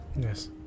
Yes